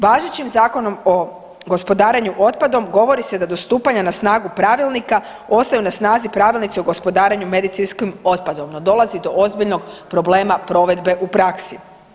Važećim Zakonom o gospodarenju otpadom govori se da do stupanja na snagu pravilnika ostaju na snazi Pravilnici o gospodarenju medicinskim otpadom, dolazi do ozbiljnog problema provedbe u praksi.